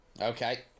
Okay